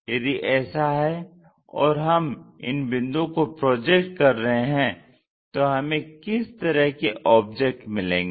यदि ऐसा है और हम इन बिंदुओं को प्रोजेक्ट कर रहे हैं तो हमें किस तरह के ऑब्जेक्ट मिलेंगे